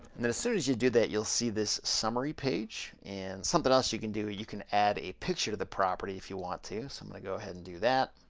and then as soon as you do that you'll see this summary page and something else you can do. you can add a picture to the property if you want to. so i'm gonna go ahead and do that.